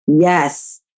Yes